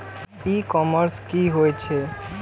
ई commerce की होय छेय?